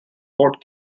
court